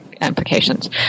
implications